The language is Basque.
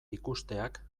ikusteak